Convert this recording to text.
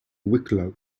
wicklow